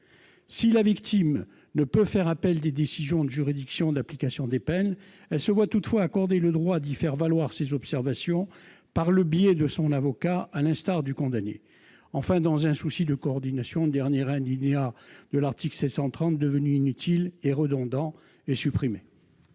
Si la victime ne peut faire appel des décisions des juridictions de l'application des peines, elle se voit toutefois accorder le droit d'y faire valoir ses observations par le biais de son avocat, à l'instar du condamné. Enfin, dans un souci de coordination, le dernier alinéa de l'article 730, devenu inutile et redondant, est supprimé.